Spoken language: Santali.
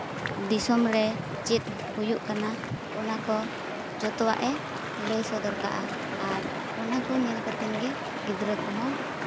ᱫᱤᱥᱚᱢ ᱨᱮ ᱪᱮᱫ ᱦᱩᱭᱩᱜ ᱠᱟᱱᱟ ᱚᱱᱟ ᱠᱚ ᱡᱚᱛᱚᱣᱟᱜ ᱮ ᱞᱟᱹᱭ ᱥᱚᱫᱚᱨ ᱠᱟᱜᱼᱟ ᱟᱨ ᱚᱱᱟ ᱠᱚ ᱧᱮᱞ ᱠᱟᱛᱮᱫ ᱜᱮ ᱜᱤᱫᱽᱨᱟᱹ ᱠᱚᱦᱚᱸ